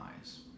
Eyes*